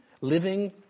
living